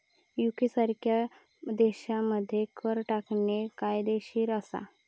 UK सारख्या देशांमध्ये कर टाळणे कायदेशीर असा